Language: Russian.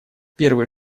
первый